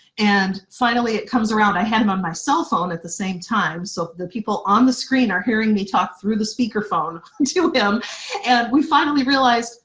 and finally it comes around, i had him on my cellphone the same time so the people on the screen are hearing me talk through the speaker phone to him and we finally realized,